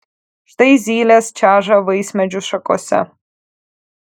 štai zylės čeža vaismedžių šakose